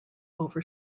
over